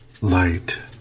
light